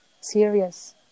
serious